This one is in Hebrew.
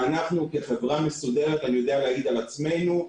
אנחנו כחברה מסודרת אני יכול להעיד על עצמנו,